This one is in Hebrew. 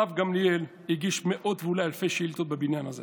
הרב גמליאל הגיש מאות ואולי אלפי שאילתות בבניין הזה